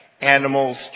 Animals